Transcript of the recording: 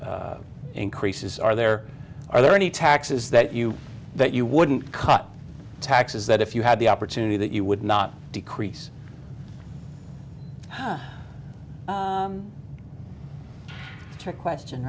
x increases are there are there any taxes that you that you wouldn't cut taxes that if you had the opportunity that you would not decrease question